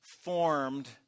formed